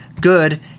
good